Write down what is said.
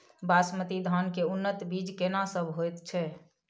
बासमती धान के उन्नत बीज केना सब होयत छै?